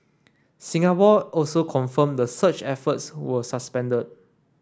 Singapore also confirmed the search efforts were suspended